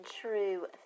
true